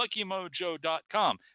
luckymojo.com